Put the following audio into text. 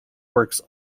works